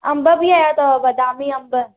अंब बि आया अथव बदामी अंब